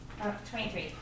23